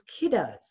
kiddos